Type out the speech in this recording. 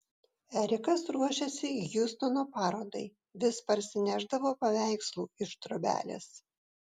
erikas ruošėsi hjustono parodai vis parsinešdavo paveikslų iš trobelės